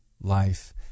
life